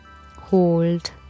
hold